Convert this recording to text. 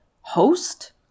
host